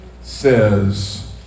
says